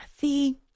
see